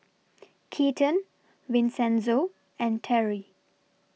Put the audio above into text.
Keaton Vincenzo and Terri